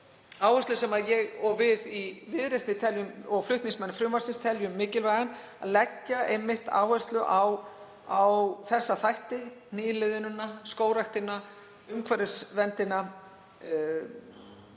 áherslur sem við í Viðreisn, og flutningsmenn frumvarpsins, teljum mikilvæga, að leggja einmitt áherslu á þessa þætti, nýliðunina, skógræktina, umhverfisverndina,